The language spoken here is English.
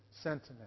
Sentiment